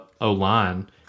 O-line